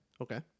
Okay